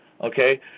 Okay